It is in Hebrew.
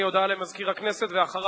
הודעה למזכיר הכנסת, ואחריו,